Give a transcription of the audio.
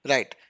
Right